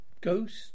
Ghost